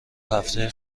هفته